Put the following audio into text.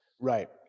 Right